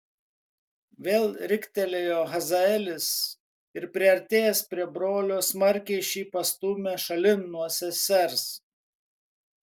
vėl riktelėjo hazaelis ir priartėjęs prie brolio smarkiai šį pastūmė šalin nuo sesers